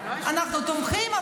אנחנו תומכים,